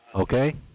Okay